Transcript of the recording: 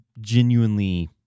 genuinely